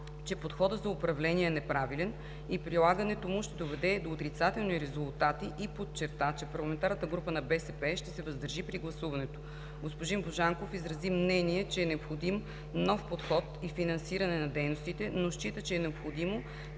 че подходът за управление е неправилен и прилагането му ще доведе до отрицателни резултати и подчерта, че парламентарната група на БСП ще се въздържи при гласуването. Господин Божанков изрази мнение, че е необходим нов подход и финансиране на дейностите, но счита, че е необходимо